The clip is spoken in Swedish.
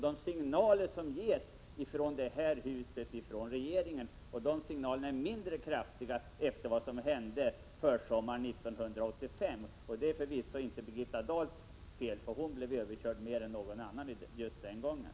De signaler som ges från detta hus och från regeringen är mindre kraftiga efter vad som hände försommaren 1985. Det är förvisso inte Birgitta Dahls fel, därför att hon blev mer överkörd än någon annan just den gången.